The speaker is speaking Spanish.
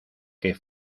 que